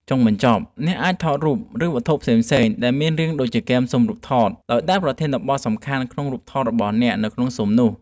ចុងបញ្ចប់ អ្នកអាចថតរូប ឬវត្ថុផ្សេងៗ ដែលមានរាងដូចជាគែមស៊ុមរូបថត ដោយដាក់ប្រធានបទសំខាន់ក្នុងរូបថតរបស់អ្នកនៅក្នុងស៊ុមនោះ។